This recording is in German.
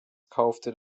kaufte